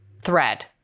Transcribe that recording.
thread